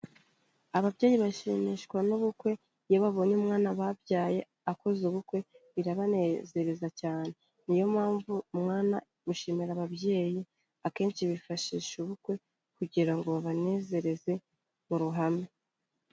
Ababyeyi bashimishwa n'ubukwe, iyo babonye umwana babyaye akoze ubukwe birabanezereza cyane, ni yo mpamvu umwana gushimira ababyeyi, akenshi bifashisha ubukwe kugira ngo babanezereze mu ruhame.